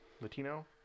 latino